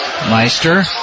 Meister